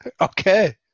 Okay